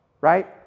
right